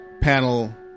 panel